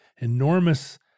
enormous